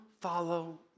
follow